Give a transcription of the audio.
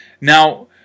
Now